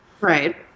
Right